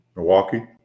Milwaukee